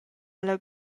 alla